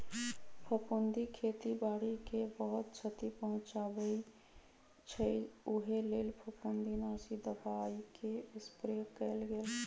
फफुन्दी खेती बाड़ी के बहुत छति पहुँचबइ छइ उहे लेल फफुंदीनाशी दबाइके स्प्रे कएल गेल